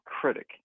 critic